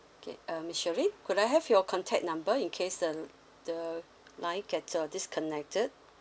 okay uh miss shirlyn could I have your contact number in case the the line get uh disconnected